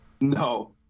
No